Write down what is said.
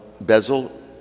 bezel